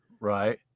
Right